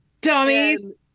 Dummies